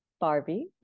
Barbie